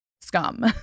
scum